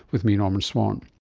with me, norman swan